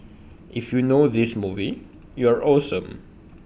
if you know this movie you're awesome